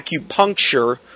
acupuncture